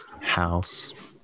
house